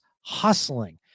hustling